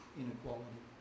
inequality